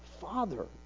Father